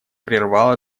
прервал